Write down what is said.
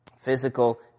physical